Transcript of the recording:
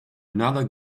another